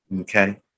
Okay